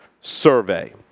survey